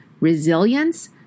resilience